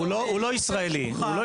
הוא לא ישראלי.